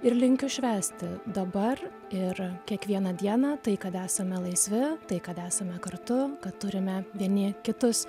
ir linkiu švęsti dabar ir kiekvieną dieną tai kad esame laisvi tai kad esame kartu kad turime vieni kitus